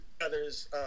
other's